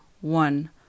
one